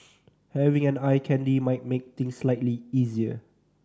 having an eye candy might make things slightly easier